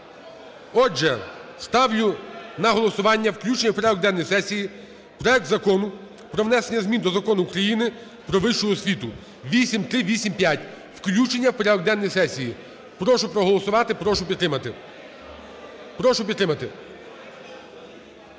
Отже, ставлю на голосування включення в порядок денний сесії проект Закону про внесення змін до Закону України "Про вищу освіту" (8385), включення в порядок денний сесії. Прошу проголосувати і прошу підтримати.